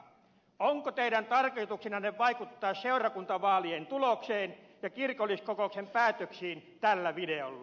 onko teidän tarkoituksenanne vaikuttaa seurakuntavaalien tulokseen ja kirkolliskokouksen päätöksiin tällä videolla